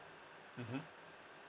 mmhmm